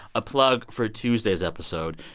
a plug for tuesday's episode.